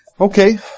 Okay